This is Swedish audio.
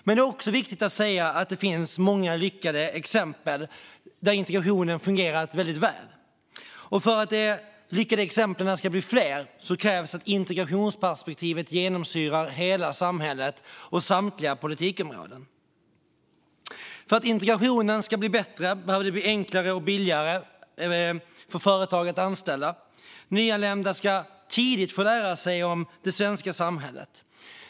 Men det är också viktigt att säga att det finns många lyckade exempel där integrationen fungerat väldigt väl. För att de lyckade exemplen ska bli fler krävs att integrationsperspektivet genomsyrar hela samhället och samtliga politikområden. För att integrationen ska bli bättre behöver det bli enklare och billigare för företag att anställa. Nyanlända ska tidigt få lära sig om det svenska samhället.